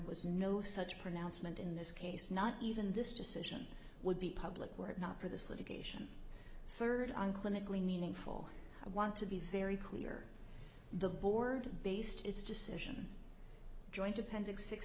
was no such pronouncement in this case not even this decision would be public were it not for this litigation third on clinically meaningful i want to be very clear the board based its decision joint appendix six